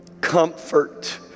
comfort